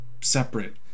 separate